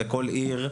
בכל עיר,